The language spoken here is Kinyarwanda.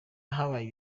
habaye